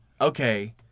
okay